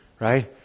Right